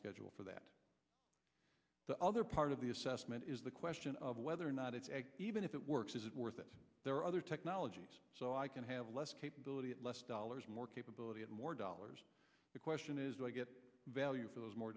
schedule for that the other part of the assessment is the question of whether or not it's even if it works is it worth it there are other technologies so i can have less capability less dollars more capability and more dollars the question is do i get value for those more